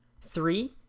Three